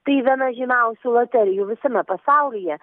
tai viena žymiausių loterijų visame pasaulyje